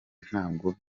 ntabwo